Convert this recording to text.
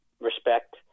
respect